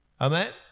Amen